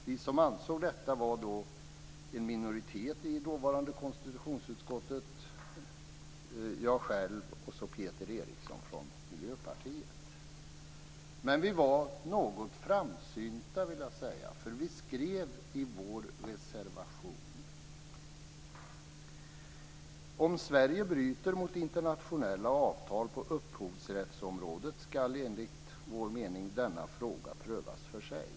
Vi som ansåg detta var en minoritet i det dåvarande konstitutionsutskottet, jag själv och Peter Jag vill dock säga att vi var något framsynta, eftersom vi i vår reservation skrev: "Är det så att Sverige bryter mot internationella avtal på upphovsrättsområdet så skall, enligt utskottet, denna fråga prövas för sig."